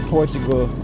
Portugal